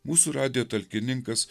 mūsų radijo talkininkas